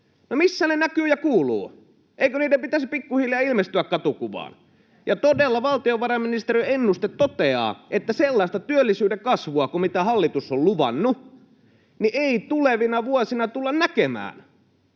missä ne näkyvät ja kuuluvat? Eikö niiden pitäisi jo pikkuhiljaa ilmestyä katukuvaan? [Pia Viitanen: Pitäisi!] Ja todella, valtiovarainministeriön ennuste toteaa, että sellaista työllisyyden kasvua, kuin mitä hallitus on luvannut, ei tulevina vuosina tulla näkemään.